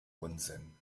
unsinn